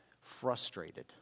frustrated